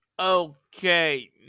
Okay